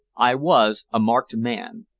i was a marked man.